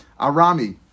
arami